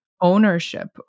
ownership